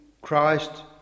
Christ